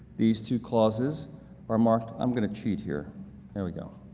these two clauses are marked i'm going to cheat, here here we go